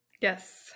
Yes